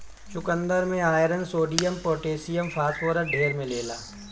चुकन्दर में iron, sodium, potassium, phosphorus ढेर मिलेला